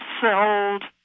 sold